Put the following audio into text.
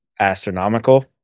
astronomical